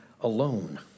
alone